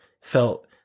felt